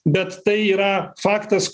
bet tai yra faktas